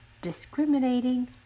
Discriminating